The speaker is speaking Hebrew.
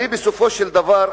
הרי בסופו של דבר,